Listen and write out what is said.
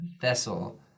vessel